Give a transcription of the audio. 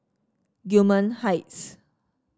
Gillman Heights